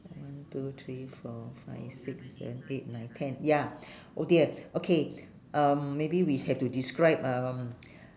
one two three four five six seven eight nine ten ya oh dear okay um maybe we have to describe uh